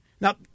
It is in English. Now